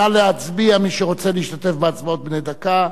נא להצביע, מי שרוצה להשתתף בנאומים בני דקה.